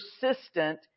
persistent